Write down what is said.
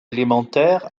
élémentaire